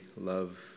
love